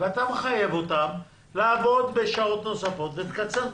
אתה מחייב אותם לעבוד בשעות נוספות ולקצר תורים.